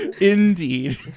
Indeed